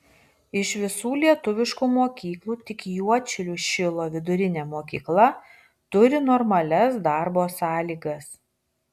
iš visų lietuviškų mokyklų tik juodšilių šilo vidurinė mokykla turi normalias darbo sąlygas